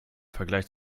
vergleich